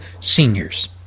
seniors